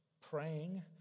praying